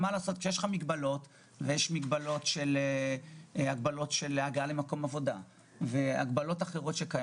בגלל המגבלות של הגעה למקום העבודה ועוד הגבלות אחרות,